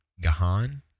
Gahan